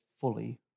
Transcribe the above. fully